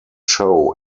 show